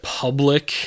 public